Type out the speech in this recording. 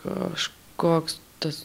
kažkoks tas